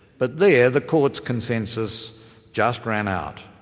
but there the court's consensus just ran out.